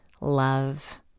love